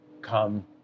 come